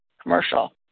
commercial